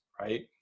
right